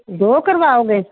ਦੋ ਕਰਵਾਓਗੇ